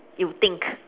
you think